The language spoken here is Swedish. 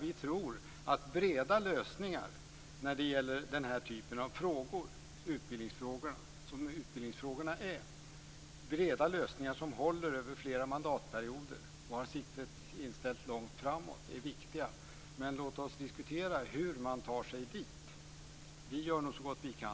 Vi tror att breda lösningar är viktiga när det gäller den typ av frågor som utbildningsfrågor är - breda lösningar som håller över flera mandatperioder och där siktet är inställt långt framåt. Men låt oss diskutera hur man tar sig dit! Vi gör nog så gott vi kan.